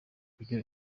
kugira